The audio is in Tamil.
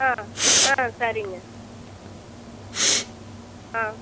ஆ ஆ சரிங்க ஆ